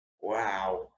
wow